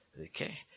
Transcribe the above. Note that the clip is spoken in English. okay